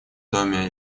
доме